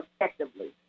effectively